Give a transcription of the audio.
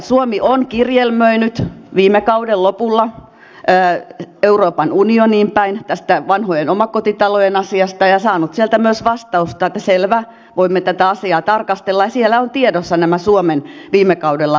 suomi on kirjelmöinyt viime kauden lopulla euroopan unioniin päin tästä vanhojen omakotitalojen asiasta ja saanut sieltä myös vastausta että selvä voimme tätä asiaa tarkastella ja siellä ovat tiedossa nämä suomen viime kaudella luodut vaateet